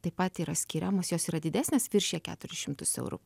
taip pat yra skiriamos jos yra didesnės viršija keturis šimtus eurų